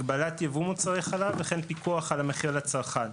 הגבלת יבוא מוצרי חלב וכן פיקוח על המחיר לצרכן.